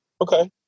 Okay